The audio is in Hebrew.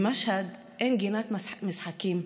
במשהד אין גינת משחקים.